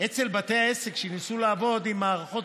אצל בתי עסק שניסו לעבוד עם מערכות